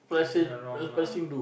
just think I'm wrong lah